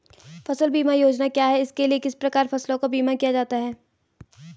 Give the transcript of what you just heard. फ़सल बीमा योजना क्या है इसके लिए किस प्रकार फसलों का बीमा किया जाता है?